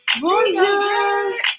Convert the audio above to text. Bonjour